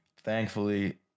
Thankfully